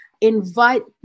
invite